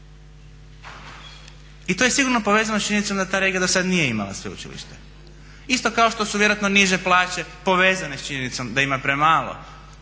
i to je sigurno povezano s činjenicom da ta regija do sada nije imala sveučilište, isto kao što su vjerojatno niže plaće povezane s činjenicom da ima premalo